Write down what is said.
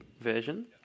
version